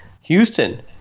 Houston